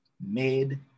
made